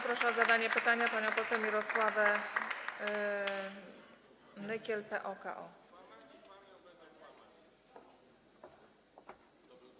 Proszę o zadanie pytania panią poseł Mirosławę Nykiel, PO-KO.